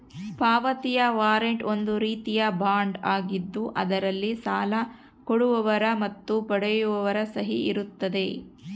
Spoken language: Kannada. ಪಾವತಿಯ ವಾರಂಟ್ ಒಂದು ರೀತಿಯ ಬಾಂಡ್ ಆಗಿದ್ದು ಅದರಲ್ಲಿ ಸಾಲ ಕೊಡುವವರ ಮತ್ತು ಪಡೆಯುವವರ ಸಹಿ ಇರುತ್ತದೆ